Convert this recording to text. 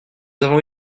avons